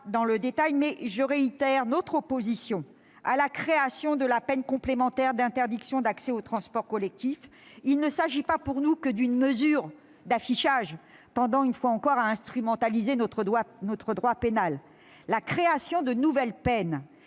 je réitère notre opposition à la création de la peine complémentaire d'interdiction d'accès aux transports collectifs. Il ne s'agit, selon nous, que d'une mesure d'affichage tendant une fois encore à instrumentaliser notre droit pénal. La création de nouvelles peines,